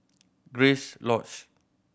Grace Lodge